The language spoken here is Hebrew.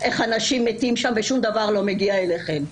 איך אנשים מתים שם ושום דבר לא מגיע אליכם.